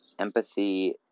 Empathy